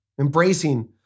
embracing